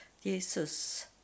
Jesus